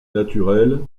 naturel